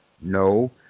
No